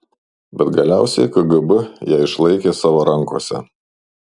bet galiausiai kgb ją išlaikė savo rankose